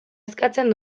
eskatzen